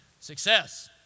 success